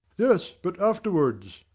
yes, but afterwards?